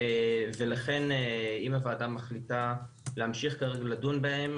ולכן אם הוועדה מחליטה להמשיך כרגע לדון בהם,